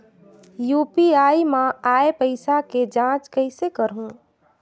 UPI मा आय पइसा के जांच कइसे करहूं?